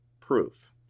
proof